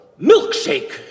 milkshake